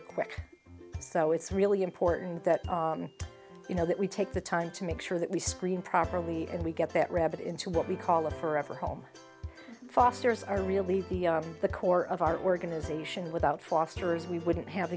adopter quick so it's really important that you know that we take the time to make sure that we screen properly and we get that rabbit into what we call a forever home fosters are really the core of our organization without fosters we wouldn't have